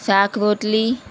શાક રોટલી